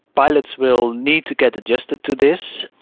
pilots will need to get adjusted to this.